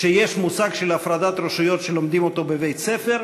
שיש מושג של הפרדת רשויות, שלומדים אותו בבית-ספר.